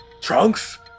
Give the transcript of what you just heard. Trunks